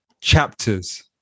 chapters